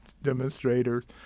demonstrators